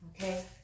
Okay